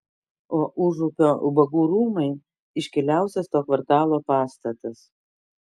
o užupio ubagų rūmai iškiliausias to kvartalo pastatas